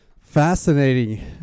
Fascinating